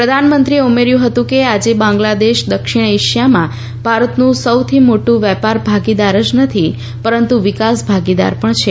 પ્રધાનમંત્રીએ ઉમેર્યુ હતું કે આજે બાંગ્લાદેશ દક્ષિણ એશિયામાં ભારતનું સૌથી મોટુ વેપાર ભાગીદાર જ નથી પરંતુ વિકાસ ભાગીદાર પણ છે